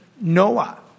Noah